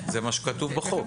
זה מה שכתוב בחוק.